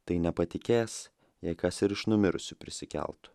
tai nepatikės jei kas ir iš numirusių prisikeltų